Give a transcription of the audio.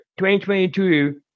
2022